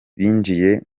binjiye